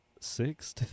six